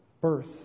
birth